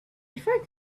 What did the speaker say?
before